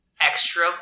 extra